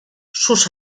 sus